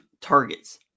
targets